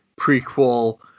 prequel